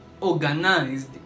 organized